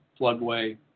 floodway